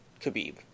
Khabib